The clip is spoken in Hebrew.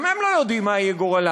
גם הם לא יודעים מה יהיה גורלם,